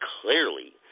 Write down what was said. clearly